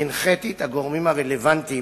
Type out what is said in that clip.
הנחיתי את הגורמים הרלוונטיים